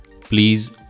please